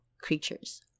creatures